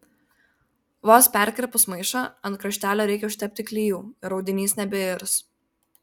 vos perkirpus maišą ant kraštelio reikia užtepti klijų ir audinys nebeirs